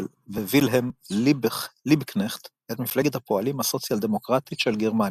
ווילהלם ליבקנכט את מפלגת הפועלים הסוציאל-דמוקרטית של גרמניה,